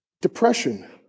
depression